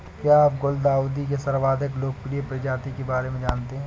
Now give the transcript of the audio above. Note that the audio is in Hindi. क्या आप गुलदाउदी के सर्वाधिक लोकप्रिय प्रजाति के बारे में जानते हैं?